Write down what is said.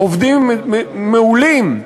עובדים מעולים.